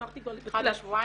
בערך,